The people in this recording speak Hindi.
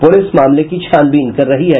पुलिस मामले की छानबीन कर रही है